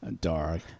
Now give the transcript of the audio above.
Dark